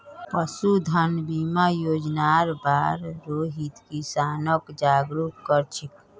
पशुधन बीमा योजनार बार रोहित किसानक जागरूक कर छेक